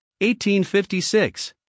1856